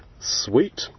sweet